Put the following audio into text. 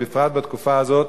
בפרט בתקופה הזאת,